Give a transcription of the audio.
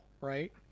right